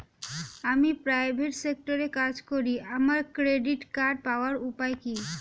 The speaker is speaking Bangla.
আমি প্রাইভেট সেক্টরে কাজ করি আমার ক্রেডিট কার্ড পাওয়ার উপায় কি?